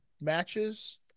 matches